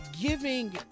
giving